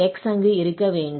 x அங்கு இருக்க வேண்டும்